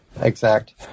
exact